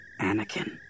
Anakin